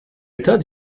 thought